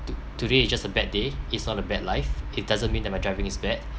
to~ today is just a bad day is not a bad life it doesn't mean that my driving is bad